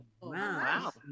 wow